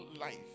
life